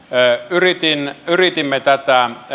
yritimme yritimme tätä